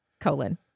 colon